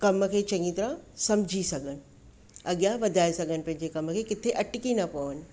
कम खे चङी तरह सम्झी सघनि अॻियां वधाए सघनि पंहिंजे कम खे किथे अटकी न पवनि